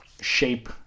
shape